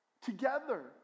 together